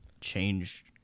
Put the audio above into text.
change